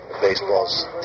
baseballs